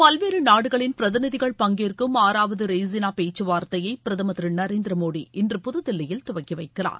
பல்வேறு நாடுகளின் பிரதிநிதிகள் பங்கேற்கும் ஆறாவது ரெய்சினா பேச்சுவார்த்தையை பிரதமர் திரு நரேந்திர மோடி இன்று புது தில்லியில் துவக்கி வைக்கிறார்